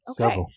okay